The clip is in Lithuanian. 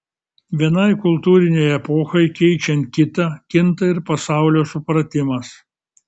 vienai kultūrinei epochai keičiant kitą kinta ir pasaulio supratimas